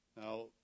Now